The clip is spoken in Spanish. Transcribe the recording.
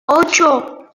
ocho